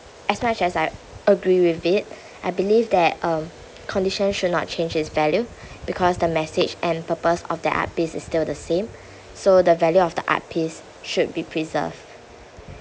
as much as I agree with it I believe that uh conditions should not change its value because the message and purpose of the art piece is still the same so the value of the art piece should be preserved